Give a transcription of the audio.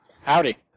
Howdy